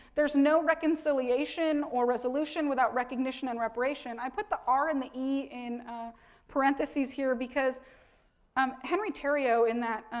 there's no reconciliation or resolution without recognition and reparation. i put the r and the e in parenthesis here, because um henry theriault, in that,